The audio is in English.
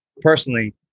personally